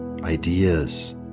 ideas